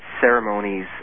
ceremonies